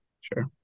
sure